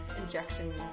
injection